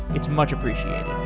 it's much appreciated.